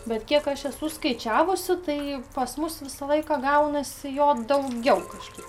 bet kiek aš esu skaičiavusi tai pas mus visą laiką gaunasi jo daugiau kažkaip